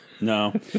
No